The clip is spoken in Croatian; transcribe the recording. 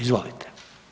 Izvolite.